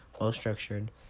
well-structured